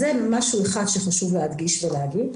זה משהו אחד שחשוב להדגיש ולהגיד.